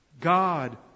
God